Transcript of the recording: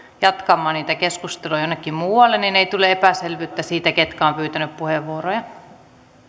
jatkamaan niitä keskusteluja jossakin muualla niin ei tule epäselvyyttä siitä ketkä ovat pyytäneet puheenvuoroja